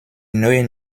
neuen